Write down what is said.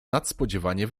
nadspodziewanie